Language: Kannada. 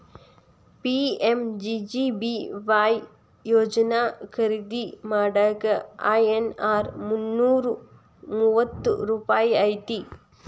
ಪಿ.ಎಂ.ಜೆ.ಜೆ.ಬಿ.ವಾಯ್ ಯೋಜನಾ ಖರೇದಿ ಮಾಡಾಕ ಐ.ಎನ್.ಆರ್ ಮುನ್ನೂರಾ ಮೂವತ್ತ ರೂಪಾಯಿ ಐತಿ